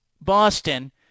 Boston